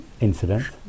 incident